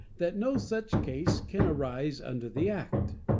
that no such case can arise under the act.